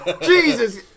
Jesus